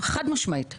חד משמעית זה,